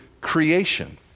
creation